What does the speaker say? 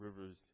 rivers